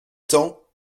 temps